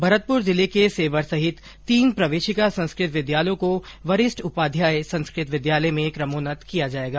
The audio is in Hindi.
भरतपुर जिले के सेवर सहित तीन प्रवेशिका संस्कृत विद्यालयों को वरिष्ठ उपाध्याय संस्कृत विद्यालय में कमोन्नत किया जायेगा